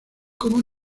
como